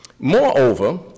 Moreover